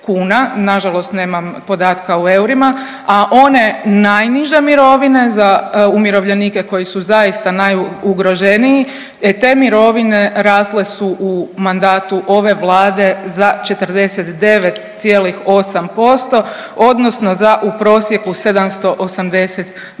nažalost nemam podatka u eurima, a one najniže mirovine za umirovljenike koji su zaista najugroženiji e te mirovine rasle su u mandatu ove Vlade za 49,8% odnosno za u prosjeku 782 kune